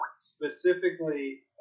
specifically